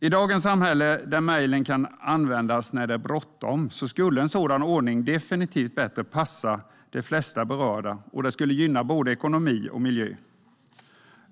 I dagens samhälle där mejlen kan användas när det är bråttom skulle en sådan ordning definitivt passa de flesta berörda bättre. Det skulle gynna både ekonomi och miljö.